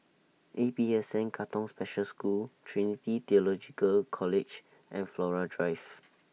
A P S N Katong Special School Trinity Theological College and Flora Drive